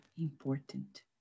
important